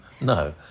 No